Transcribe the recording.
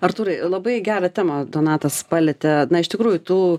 artūrai labai gerą temą donatas palietė na iš tikrųjų tų